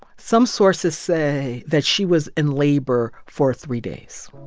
some sources say that she was in labor for three days.